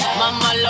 mama